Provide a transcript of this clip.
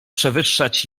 przewyższać